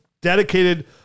dedicated